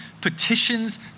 petitions